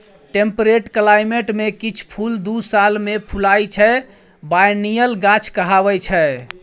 temperate climate मे किछ फुल दु साल मे फुलाइ छै बायनियल गाछ कहाबै छै